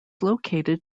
located